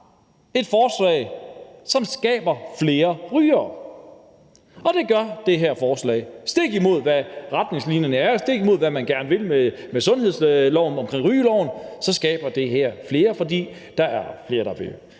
et forslag, som skaber flere rygere. For det gør det her forslag. Stik imod, hvad retningslinjerne er, stik imod, hvad man gerne vil med rygeloven, skaber det her flere rygere, fordi der flere, der vil